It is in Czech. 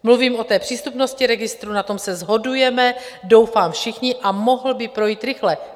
Mluvím o přístupnosti registru, na tom se shodujeme doufám všichni a mohl by projít rychle.